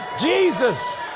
Jesus